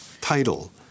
title